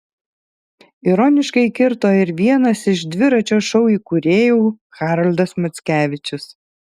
ironiškai kirto ir vienas iš dviračio šou įkūrėjų haroldas mackevičius